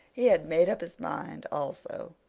he had made up his mind, also,